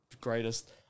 greatest